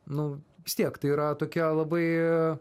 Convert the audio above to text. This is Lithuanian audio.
nu vis tiek tai yra tokia labai